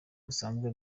busanzwe